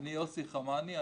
אני יוסי חמני,